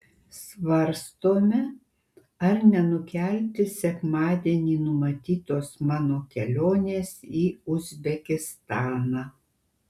svarstome ar nenukelti sekmadienį numatytos mano kelionės į uzbekistaną